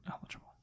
eligible